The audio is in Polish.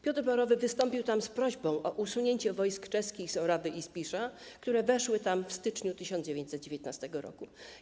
Piotr Borowy wystąpił tam z prośbą o usunięcie wojsk czeskich z Orawy i Spisza, które weszły tam w styczniu 1919 r.